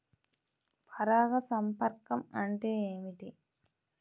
పరాగ సంపర్కం అంటే ఏమిటి?